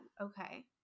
Okay